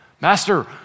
master